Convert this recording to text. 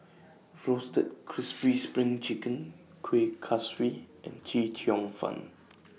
Roasted Crispy SPRING Chicken Kueh Kaswi and Chee Cheong Fun